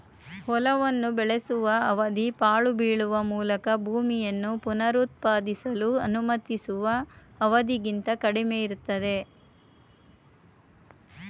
ಹೊಲವನ್ನು ಬೆಳೆಸುವ ಅವಧಿ ಪಾಳು ಬೀಳುವ ಮೂಲಕ ಭೂಮಿಯನ್ನು ಪುನರುತ್ಪಾದಿಸಲು ಅನುಮತಿಸುವ ಅವಧಿಗಿಂತ ಕಡಿಮೆಯಿರ್ತದೆ